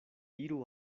iru